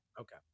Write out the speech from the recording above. Okay